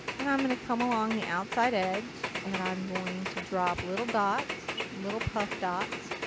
and i'm going to come along the outside edge and i'm going to drop little dots. little puff dots.